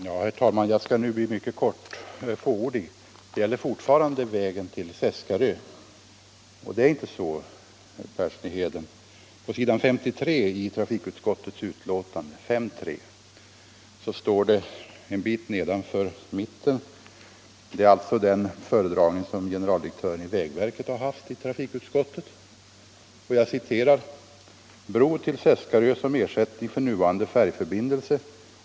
Herr talman! Jag skall nu bli mycket fåordig. Det gäller fortfarande vägen till Seskarö. I trafikutskottets betänkande återfinns den föredragning som generaldirektören i statens vägverk gjorde i trafikutskottet. En bit nedanför mitten på s. 53 heter det där: ”Bro till Seskarö som ersättning för nuvarande färjförbindelse.